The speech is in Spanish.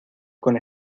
con